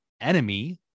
enemy